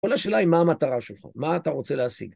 כל השאלה היא מה המטרה שלך, מה אתה רוצה להשיג.